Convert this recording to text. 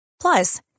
Plus